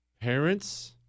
Parents